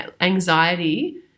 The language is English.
anxiety